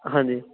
ਹਾਂਜੀ